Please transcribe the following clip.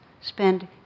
spend